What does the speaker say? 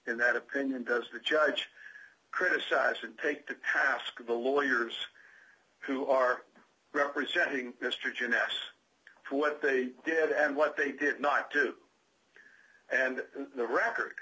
in that opinion does the judge criticize and take the task of the lawyers who are representing mr gymnasts for what they did and what they did not do and the record